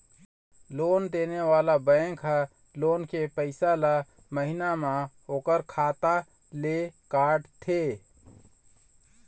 loan देने वाला bank ह लोन के पइसा ल महिना म ओखर खाता ले काटथे